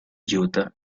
utah